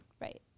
Right